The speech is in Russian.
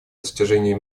достижения